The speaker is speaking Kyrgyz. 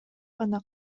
гана